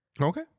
Okay